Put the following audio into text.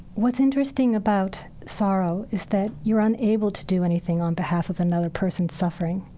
what's interesting about sorrow is that you're unable to do anything on behalf of another person's suffering.